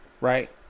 Right